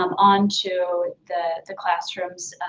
um onto the the classrooms.